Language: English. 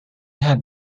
had